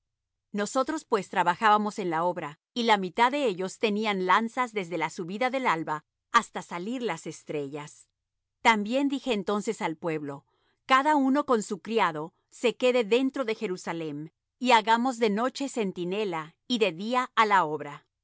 nosotros pues trabajábamos en la obra y la mitad de ellos tenían lanzas desde la subida del alba hasta salir las estrellas también dije entonces al pueblo cada uno con su criado se quede dentro de jerusalem y hágannos de noche centinela y de día á la obra